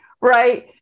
Right